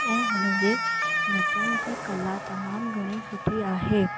ऐं हुन जे नचण जी कला तमामु घणी सुठी आहे